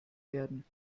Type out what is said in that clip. werden